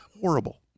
Horrible